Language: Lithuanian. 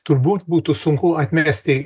turbūt būtų sunku atmesti